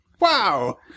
Wow